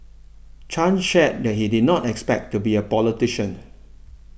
Chan shared that he did not expect to be a politician